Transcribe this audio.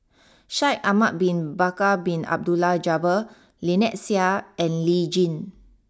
Shaikh Ahmad Bin Bakar Bin Abdullah Jabbar Lynnette Seah and Lee Tjin